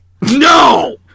No